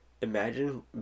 Imagine